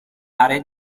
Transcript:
aree